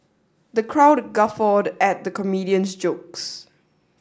the crowd guffawed at the comedian's jokes